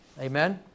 Amen